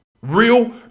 real